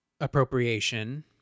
appropriation